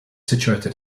situated